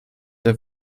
der